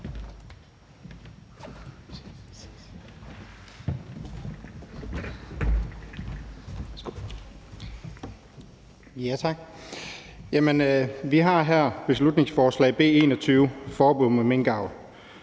vi har her beslutningsforslag B 21 om forbud mod minkavl.